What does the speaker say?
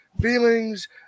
feelings